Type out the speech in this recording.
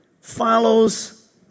follows